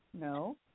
No